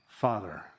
Father